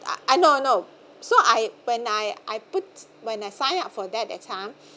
I know I know so I when I I put when I sign up for that that time